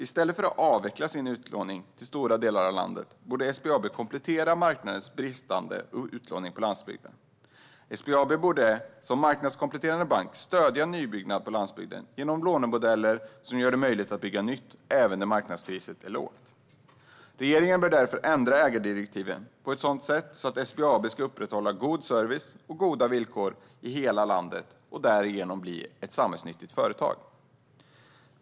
I stället för att avveckla sin utlåning till stora delar av landet borde SBAB komplettera marknadens bristande utlåning på landsbygden. SBAB borde som marknadskompletterande bank stödja nybyggnad på landsbygden genom lånemodeller som gör det möjligt att bygga nytt även där marknadspriset är lågt. Regeringen bör därför ändra ägardirektiven på ett sådant sätt att SBAB ska upprätthålla god service och goda villkor i hela landet och därigenom bli ett samhällsnyttigt företag.